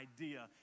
idea